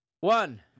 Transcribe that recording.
one